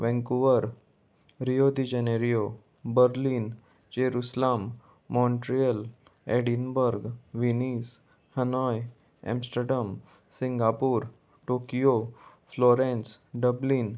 Vancouver Rio de Janeiro Berlin Jerusalem Montreal Edinburgh Venice Hanoi Amsterdam Singapore Tokyo Florence Dublin